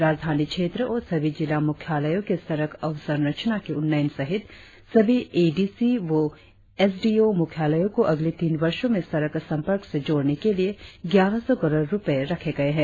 राजधानी क्षेत्र और सभी जिला मुख्यालय के सड़क अवसंरचना के उन्नयन सहित सभी ए डी सी व एस डी ओ मुख्यालयों को अगले तीन वर्षों में सड़क संपर्क से जोड़ने के लिए ग्यारह सौ करोड़ रुपए रखे गए है